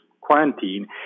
quarantine